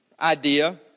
idea